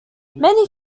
many